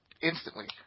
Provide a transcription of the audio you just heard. instantly